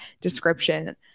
description